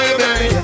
baby